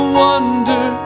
wonder